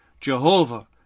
Jehovah